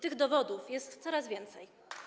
Tych dowodów jest coraz więcej.